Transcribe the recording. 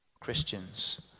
Christians